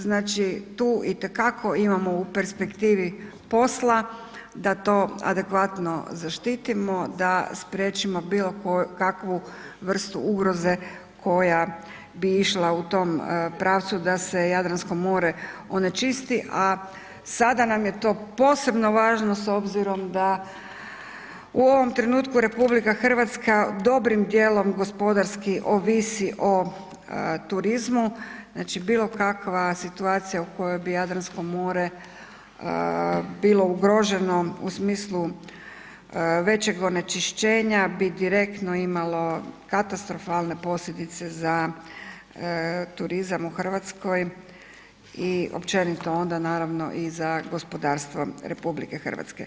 Znači tu itekako imamo u perspektivi posla da to adekvatno zaštitimo, da spriječimo bilo kakvu vrstu ugroze koja bi išla u tom pravcu da se Jadransko more onečisti a sada nam je to posebno važno s obzirom da u ovom trenutku RH dobrim dijelom gospodarski ovisi o turizmu, znači bilo kakva situacija u kojoj bi Jadransko more bilo ugroženo u smislu većeg onečišćenja bi direktno imalo katastrofalne posljedice za turizam u Hrvatskoj i općenito onda naravno i za gospodarstvo RH.